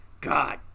God